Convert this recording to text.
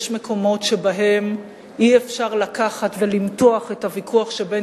יש מקומות שבהם אי-אפשר לקחת ולמתוח את הוויכוח שבין